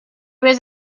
was